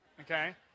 okay